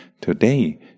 Today